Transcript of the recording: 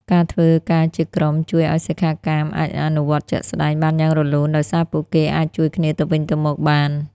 ការធ្វើការជាក្រុមជួយឲ្យសិក្ខាកាមអាចអនុវត្តជាក់ស្ដែងបានយ៉ាងរលូន ដោយសារពួកគេអាចជួយគ្នាទៅវិញទៅមកបាន។